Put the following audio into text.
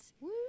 Woo